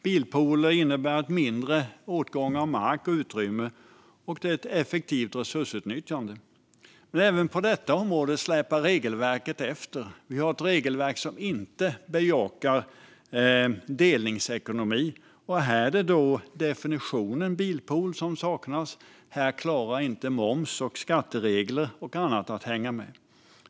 Bilpooler innebär mindre åtgång av mark och utrymme, och det är ett effektivt resursutnyttjande. Men även på detta område släpar regelverket efter. Vi har ett regelverk som inte bejakar delningsekonomi. Om det då är definitionen bilpool som saknas klarar inte moms, skatteregler och annat att hänga med.